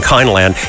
Kindland